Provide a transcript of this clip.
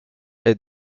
est